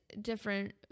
different